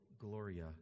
Gloria